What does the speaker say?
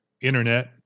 internet